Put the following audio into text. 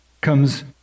comes